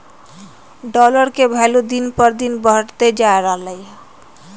dollar के भइलु दिन पर दिन बढ़इते जा रहलई ह